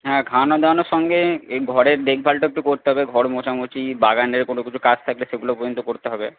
হ্যাঁ খাওয়ানো দাওয়ানোর সঙ্গে এই ঘরের দেখভালটা একটু করতে হবে ঘর মোছামুছি বাগানের কোনও কিছু কাজ থাকলে সেগুলো পর্যন্ত করতে হবে